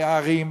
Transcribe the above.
בערים,